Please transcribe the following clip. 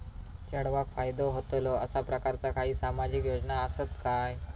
चेडवाक फायदो होतलो असो प्रकारचा काही सामाजिक योजना असात काय?